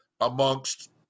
amongst